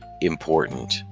important